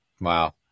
Wow